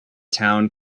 town